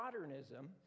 modernism